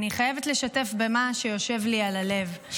אני חייבת לשתף במה שיושב לי על הלב.